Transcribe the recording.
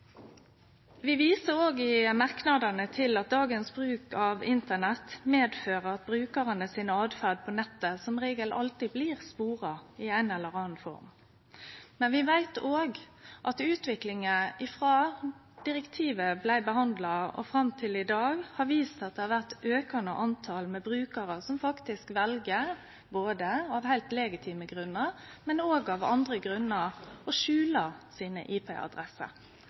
Vi viser i merknadene til at dagens bruk av internett fører med seg at brukarane si åtferd på nettet som regel alltid blir spora i ei eller anna form. Men vi veit òg at utviklinga frå direktivet blei behandla og fram til i dag, har vist at stadig fleire brukarar faktisk vel å skjule IP-adressa si av heilt legitime grunnar, men òg av andre grunnar. Dette utfordrar. Eg er veldig glad for å